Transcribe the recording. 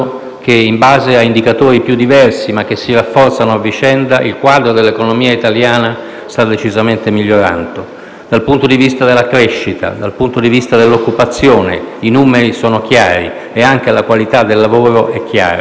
che, in base agli indicatori più diversi, ma che si rafforzano a vicenda, il quadro dell'economia italiana sta decisamente migliorando: dal punto di vista della crescita e dell'occupazione, i numeri sono chiari e anche la qualità del lavoro è chiara;